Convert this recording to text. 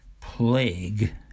Plague